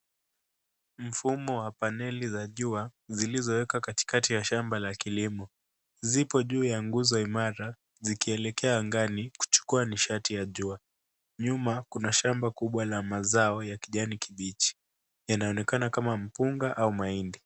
Mfumo wa paneli za jua zilzo wekwa katikati ya shamba la kilimo zipo juu ya nguzo imara zikielekea angani kuchukua nishati ya jua. Nyuma kuna shamba kubwa la mazao ya kijani kibichi yanaonekana kama mpunga au mahindi.